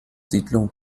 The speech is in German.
siedlungen